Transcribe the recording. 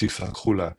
קטיפה כחולה